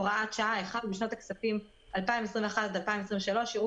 הוראת שעה בשנות הכספים 2021 עד 2023 יראו